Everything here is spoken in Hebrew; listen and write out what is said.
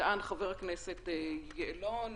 טען חבר הכנסת יעלון,